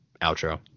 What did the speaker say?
outro